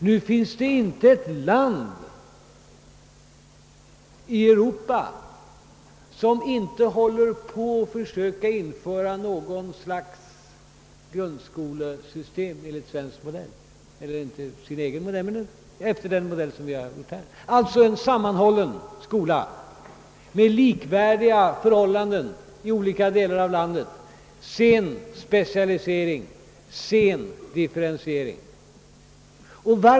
Nu finns det inte ett enda land i Europa som inte försöker införa något slags grundskolesystem efter den modell som vi har tillämpat, alltså en sammanhållen skola med likvärdiga förhållanden i olika delar av landet och med sen specialisering och differentiering.